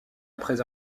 après